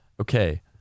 Okay